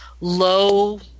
low